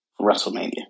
WrestleMania